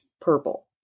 purple